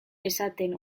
esaten